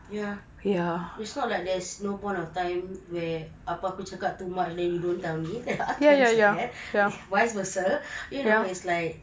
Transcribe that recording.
ya it's not like there's no point of time where apa aku cakap too much then you don't tell me there are times like that vice versa you know it's like